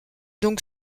donc